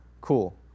Cool